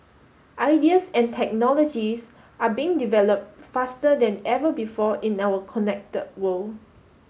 ideas and technologies are being developed faster than ever before in our connected world